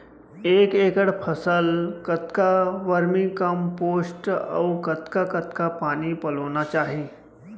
एक एकड़ फसल कतका वर्मीकम्पोस्ट अऊ कतका कतका पानी पलोना चाही?